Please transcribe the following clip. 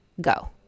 Go